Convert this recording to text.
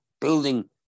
building